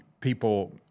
people